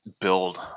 build